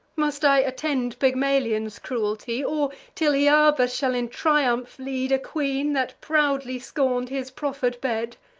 must i attend pygmalion's cruelty, or till hyarba shall in triumph lead a queen that proudly scorn'd his proffer'd bed?